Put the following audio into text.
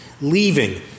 leaving